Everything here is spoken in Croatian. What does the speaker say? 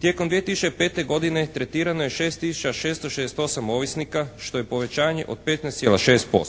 Tijekom 2005. godine tretirano je 6 tisuće 668 ovisnika što je povećanje od 15,6%.